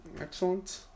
excellent